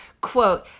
quote